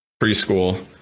preschool